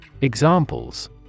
Examples